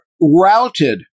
routed